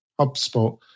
HubSpot